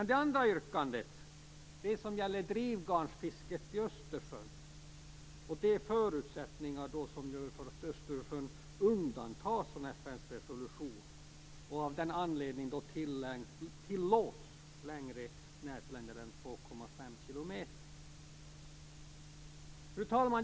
Det andra yrkandet gällde drivgarnsfisket i Östersjön, de förutsättningar som finns för att Östersjön undantas från FN:s resolution och av den anledningen tillåts ha längre nätlängder än 2,5 km. Fru talman!